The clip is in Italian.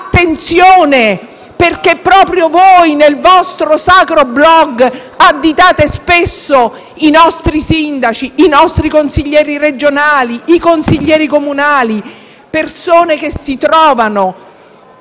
attenzione, perché proprio voi, nel vostro sacro *blog*, additate spesso i nostri sindaci, i nostri consiglieri regionali, i consiglieri comunali, persone che si trovano